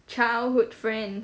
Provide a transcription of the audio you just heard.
childhood friend